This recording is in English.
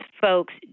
folks